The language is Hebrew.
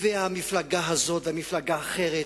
והמפלגה הזאת והמפלגה האחרת,